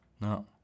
No